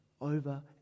over